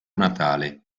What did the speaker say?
natale